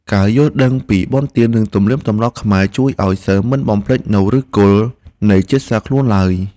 ការយល់ដឹងពីបុណ្យទាននិងទំនៀមទម្លាប់ខ្មែរជួយឱ្យសិស្សមិនបំភ្លេចនូវឫសគល់នៃជាតិសាសន៍ខ្លួនឡើយ។